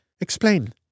Explain